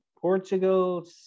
Portugal